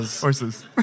Horses